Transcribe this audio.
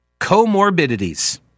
comorbidities